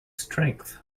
strength